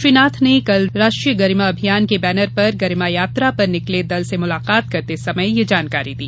श्री नाथ ने कल राष्ट्रीय गरिमा अभियान के बैनर पर गरिमा यात्रा पर निकले दल से मुलाकात करते समय यह जानकारी दी